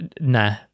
nah